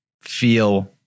feel